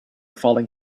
falling